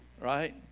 Right